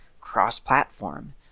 cross-platform